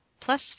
Plus